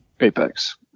Apex